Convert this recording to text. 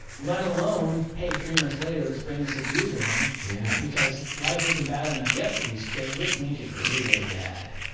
let alone, hey, three months later let's bring this abuser in because life isn't bad enough yet for these kids let's make it really bad.